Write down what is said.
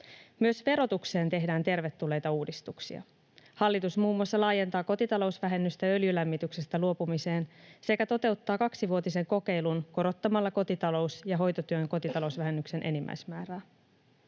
Myös verotukseen tehdään tervetulleita uudistuksia. Hallitus muun muassa laajentaa kotitalousvähennystä öljylämmityksestä luopumiseen sekä toteuttaa kaksivuotisen kokeilun korottamalla kotitalous‑ ja hoitotyön kotitalousvähennyksen enimmäismäärää.